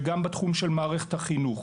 וגם בתחום של מערכת החינוך.